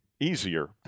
easier